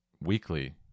weekly